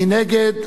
מי נגד?